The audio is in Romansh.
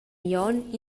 glion